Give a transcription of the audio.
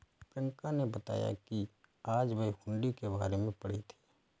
प्रियंका ने बताया कि आज वह हुंडी के बारे में पढ़ी थी